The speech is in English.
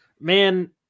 Man